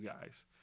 guys